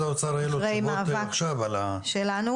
האוצר יהיה לו תשובות עכשיו על --- לא,